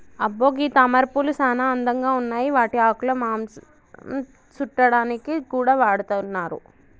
అబ్బో గీ తామరపూలు సానా అందంగా ఉన్నాయి వాటి ఆకులు మాంసం సుట్టాడానికి కూడా వాడతున్నారు